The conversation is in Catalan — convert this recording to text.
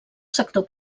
sector